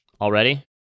Already